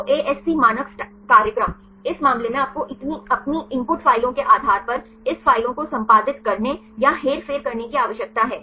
तो ASC मानक कार्यक्रम इस मामले में आपको अपनी इनपुट फ़ाइलों के आधार पर इस फ़ाइलों को संपादित करने या हेरफेर करने की आवश्यकता है